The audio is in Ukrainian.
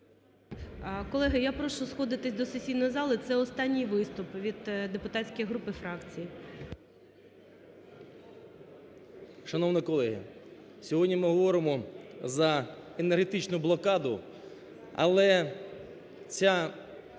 Колеги, я прошу сходитись до сесійної зали, це останній виступ від депутатських груп і фракцій. 10:33:38 ШАХОВ С.В. Шановні колеги! Сьогодні ми говоримо за енергетичну блокаду. Але ця